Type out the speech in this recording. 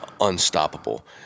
unstoppable